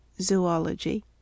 Zoology